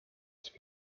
siis